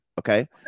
okay